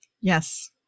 Yes